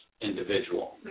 individual